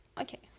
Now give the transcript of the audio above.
okay